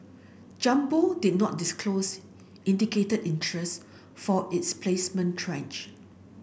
Jumbo did not disclose indicated interest for its placement tranche